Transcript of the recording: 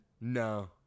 No